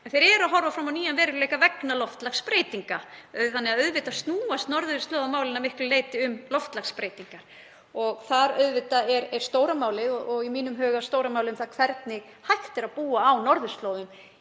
en þeir eru að horfa fram á nýjan veruleika vegna loftslagsbreytinga. Auðvitað snúast því norðurslóðamálin að miklu leyti um loftslagsbreytingar. Og það er stóra málið og er í mínum huga stóra málið hvernig hægt er að búa á norðurslóðum